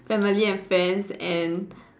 family and friends and